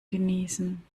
genießen